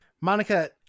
Monica